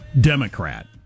Democrat